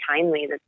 timely